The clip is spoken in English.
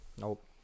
Nope